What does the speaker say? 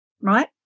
right